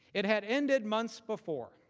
it had ended months before.